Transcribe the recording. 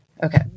Okay